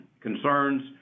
concerns